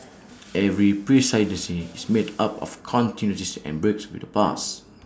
every presidency is made up of continuities and breaks with the past